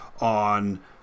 on